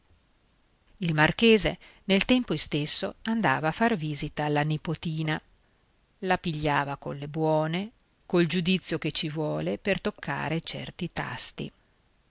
il marchese nel tempo istesso andava a far visita alla nipotina la pigliava colle buone col giudizio che ci vuole per toccare certi tasti